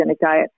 diet